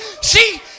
See